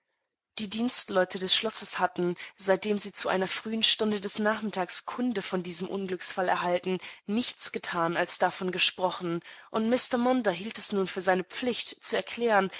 die dienstleute des schlosses hatten seitdem sie zu einer frühen stunde des nachmittags kunde von diesem unglücksfall erhalten nichts getan als davon gesprochen und mr munder hielt es nun für seine pflicht zu erklären